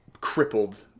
crippled